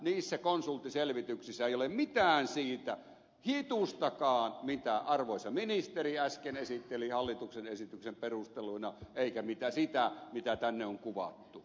niissä konsulttiselvityksissä ei ole mitään siitä hitustakaan mitä arvoisa ministeri äsken esitteli hallituksen esityksen perusteluina eikä siitä mitä tänne on kuvattu